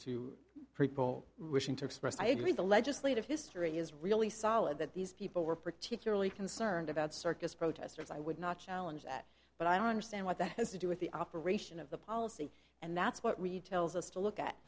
express i agree the legislative history is really solid that these people were particularly concerned about circus protesters i would not challenge that but i don't understand what that has to do with the operation of the policy and that's what really tells us to look at